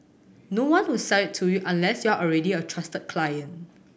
no one will sell it to you unless you're already a trusted client